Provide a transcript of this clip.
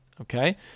okay